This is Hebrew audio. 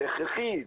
זה הכרחי,